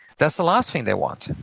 that's the last thing they want.